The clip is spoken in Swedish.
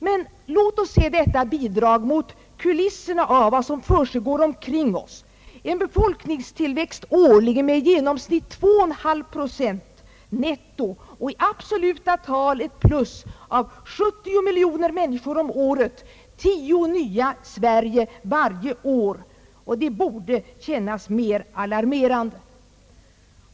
Men låt oss se detta bidrag mot kulisserna av vad som försiggår omkring oss: en befolkningstillväxt årligen med i genomsnitt 2,5 procent netto och i absoluta tal ett plus av 70 miljoner människor om året — tio nya Sverige varje år! Det borde kännas mera alarmerande.